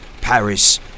Paris